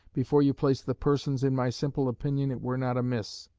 before you place the persons, in my simple opinion it were not amiss.